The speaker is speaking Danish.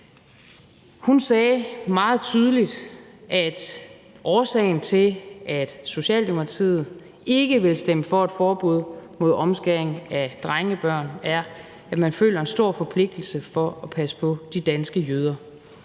Hun sagde meget tydeligt, at årsagen til, at Socialdemokratiet ikke vil stemme for et forbud mod omskæring af drengebørn, er, at man føler en stor forpligtelse til at passe på de danske jøder.